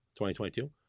2022